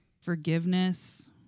Forgiveness